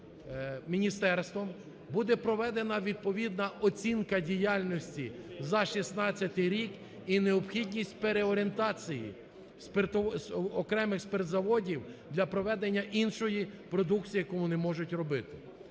буде проведена відповідна оцінка діяльності за 2016 рік і необхідність переорієнтації окремих спиртзаводів для проведення іншої продукції, яку вони можуть робити.